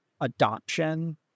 adoption